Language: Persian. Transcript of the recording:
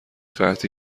قحطی